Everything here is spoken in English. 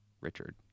Richard